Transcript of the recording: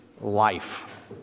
life